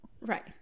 right